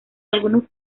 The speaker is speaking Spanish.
algunos